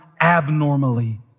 abnormally